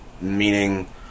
Meaning